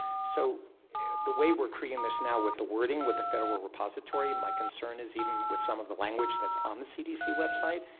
so the way we're creating this now with the wording with the federal repository, my concern is even with some of the language that's on the cdc website,